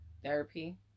therapy